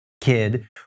kid